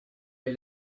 est